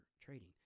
trading